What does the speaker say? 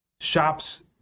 Shops